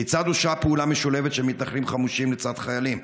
1. כיצד אושרה פעולה משולבת של מתנחלים חמושים לצד חיילים?